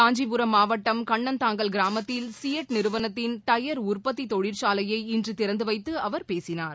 காஞ்சிபுரம் மாவட்டம் கண்ணன்தாங்கல் கிராமத்தில் சியெட் நிறுவனத்தின் டயர் உற்பத்தி தொழிற்சாலையை இன்று திறந்துவைத்து அவர் பேசினார்